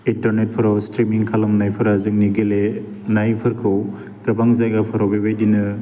इन्टारनेटफोराव streaming खालामनायफोरा जोंनि गेलेनायफोरखौ गोबां जायगाफोराव बेबायदिनो